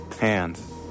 Hands